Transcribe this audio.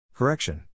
Correction